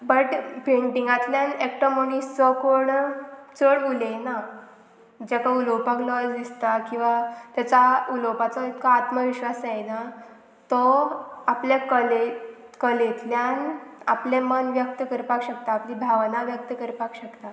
but पेंटिंगांतल्यान एकटो मनीस जो कोण चड उलयना जाका उलोवपाक लज दिसता किंवां ताचो उलोवपाचो इतको आत्मविश्वास येना तो आपल्या कले कलेंतल्यान आपलें मन व्यक्त करपाक शकता आपली भावना व्यक्त करपाक शकता